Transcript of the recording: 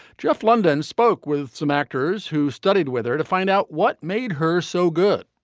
jeff lunden spoke with some actors who studied whether to find out what made her so good.